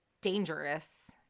dangerous